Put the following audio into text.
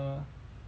ha